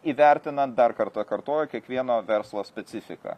įvertinant dar kartą kartoju kiekvieno verslo specifiką